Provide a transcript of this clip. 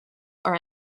are